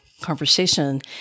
conversation